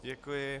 Děkuji.